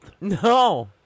No